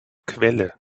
quelle